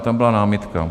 Tam byla námitka.